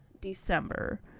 December